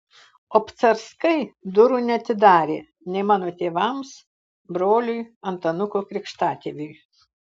obcarskai durų neatidarė nei mano tėvams broliui antanuko krikštatėviui